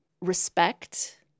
respect